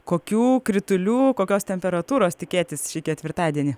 kokių kritulių kokios temperatūros tikėtis šį ketvirtadienį